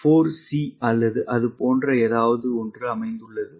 4c அல்லது அது போன்ற ஏதாவது அமைந்துள்ளது